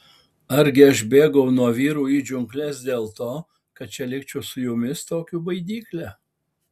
argi aš bėgau nuo vyrų į džiungles dėl to kad čia likčiau su jumis tokiu baidykle